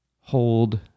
hold